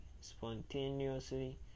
spontaneously